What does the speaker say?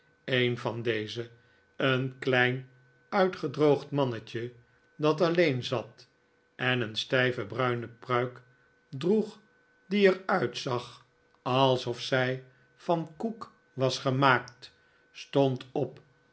een van deze een klein uitgedroogd mannetje dat alleen zat en een stijve bruine pruik droeg die er uitzag alsof zij van koek was gemaakt stond op